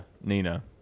Nina